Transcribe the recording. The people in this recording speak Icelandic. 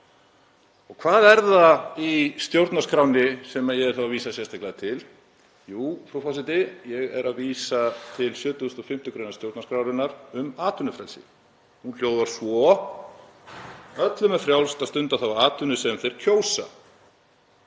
Hvað er það í stjórnarskránni sem ég er þá að vísa sérstaklega til? Jú, frú forseti, ég er að vísa til 75. gr. stjórnarskrárinnar um atvinnufrelsi. Hún hljóðar svo: „Öllum er frjálst að stunda þá atvinnu sem þeir kjósa.